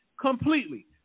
completely